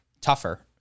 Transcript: tougher